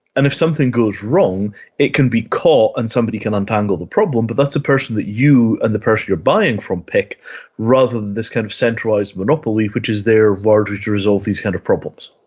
and if something goes wrong it can be caught and somebody can untangle the problem, but that's a person that you and the person you are buying from pick rather than this kind of centralised monopoly which is there largely to resolve these kind of problems.